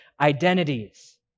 identities